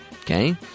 Okay